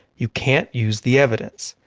you can't use the evidence.